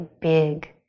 big